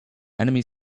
enemy